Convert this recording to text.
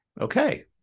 Okay